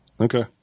Okay